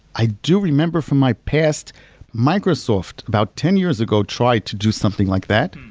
i do remember from my past microsoft, about ten years ago tried to do something like that.